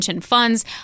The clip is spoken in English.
funds